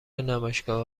نمایشگاه